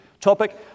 topic